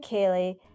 Kaylee